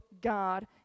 God